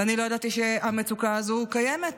ואני לא ידעתי שהמצוקה הזו קיימת,